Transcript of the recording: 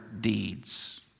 deeds